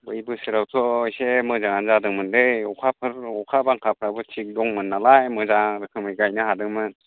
बै बोसोरावथ' एसे मोजाङानो जादोंमोनलै अखाफोर अखा बांखाफ्राबो थिग दंमोन नालाय मोजां रोखोमै गायनो हादोंमोन